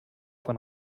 von